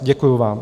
Děkuji vám.